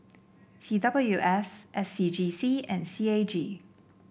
C W S S C G C and C A G